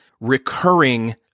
recurring